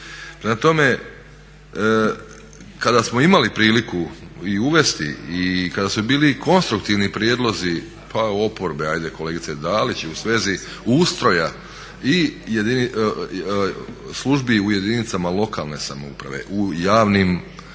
tome, kada smo imali priliku i uvesti i kada su bili konstruktivni prijedlozi pa oporbe, ajde kolegice Dalić, u svezi ustroja i službi u jedinicama lokalne samouprave, u javnim